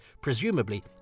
presumably